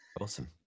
awesome